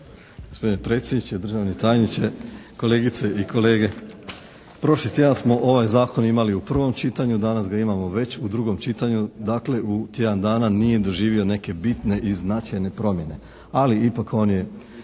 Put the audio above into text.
Poštovani predsjedniče, državni tajniče, kolegice i kolege. Prošli tjedan smo ovaj zakon imali u prvom čitanju, danas ga imamo već u drugom čitanju. Dakle u tjedan dana nije doživio neke bitne i značajne promjene. Ali ipak on je